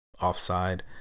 offside